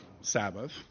Sabbath